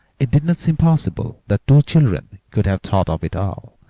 it did not seem possible that two children could have thought of it all,